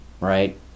right